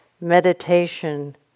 Meditation